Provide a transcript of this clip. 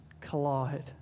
collide